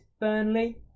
Burnley